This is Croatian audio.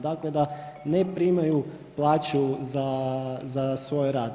Dakle, da ne primaju plaću za svoj rad.